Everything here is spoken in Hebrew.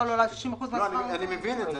אני מבין את זה.